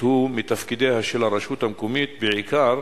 הוא מתפקידיה של הרשות המקומית בעיקר,